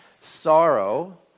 sorrow